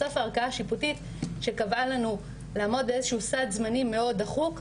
בסוף הערכאה השיפוטית שקבעה לנו לעמוד באיזה שהוא סד זמנים מאוד דחוק,